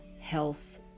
health